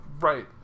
Right